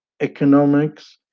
economics